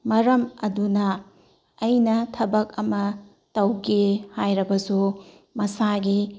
ꯃꯔꯝ ꯑꯗꯨꯅ ꯑꯩꯅ ꯊꯕꯛ ꯑꯃ ꯇꯧꯒꯦ ꯍꯥꯏꯔꯕꯁꯨ ꯃꯁꯥꯒꯤ